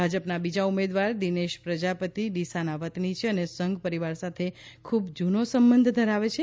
ભાજપના બીજા ઉમેદવાર દિનેશ પ્રજાપતિ ડીસાના વતની છે અને સંઘ પરિવાર સાથે ખૂબ જૂનો સંબંધ ધરાવે છે